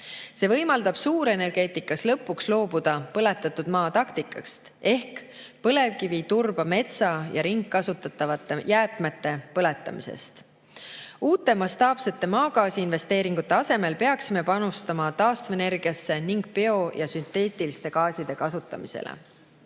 See võimaldab suurenergeetikas lõpuks loobuda "põletatud maa taktikast" ehk põlevkivi, turba, metsa ja ringkasutatavate jäätmete põletamisest. Uute mastaapsete maagaasiinvesteeringute asemel peaksime panustama taastuvenergiasse ning bio- ja sünteetiliste gaaside kasutamisele. Lugupeetud